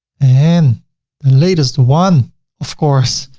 and the latest one of course,